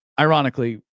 Ironically